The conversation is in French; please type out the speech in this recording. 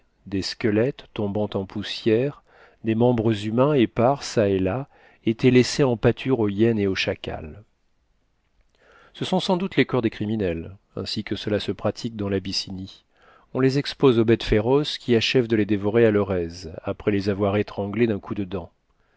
des squelettes tombant en poussière des membres humains épars çà et là étaient laissés en pâture aux hyènes et aux chacals ce sont sans doute les corps des criminels ainsi que cela se pratique dans l'abyssinie on les expose aux bêtes féroces qui achèvent de les dévorer à leur aise après les avoir étranglés d'un coup de dent